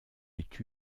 ait